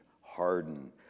harden